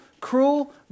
cruel